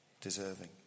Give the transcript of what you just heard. deserving